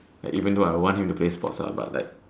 like even though I want him to play sports ah but like